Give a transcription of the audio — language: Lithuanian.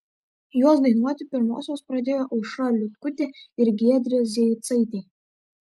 juos dainuoti pirmosios pradėjo aušra liutkutė ir giedrė zeicaitė